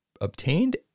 Obtained